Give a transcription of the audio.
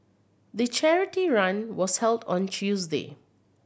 the charity run was held on Tuesday